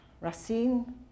Racine